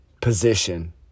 position